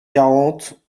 quarante